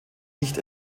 nicht